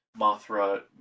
Mothra